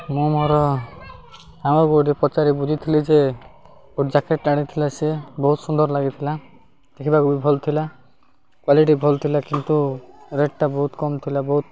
ମୁଁ ମୋର ଆଉ ଗୋଟେ ପଚାରି ବୁଝିଥିଲି ଯେ ଗୋଟେ ଜ୍ୟାକେଟଟା ଆଣିଥିଲା ସିଏ ବହୁତ ସୁନ୍ଦର ଲାଗିଥିଲା ଦେଖିବାକୁ ବି ଭଲ ଥିଲା କ୍ୱାଲିଟି ଭଲ ଥିଲା କିନ୍ତୁ ରେଟ୍ଟା ବହୁତ କମ୍ ଥିଲା ବହୁତ